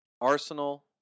Arsenal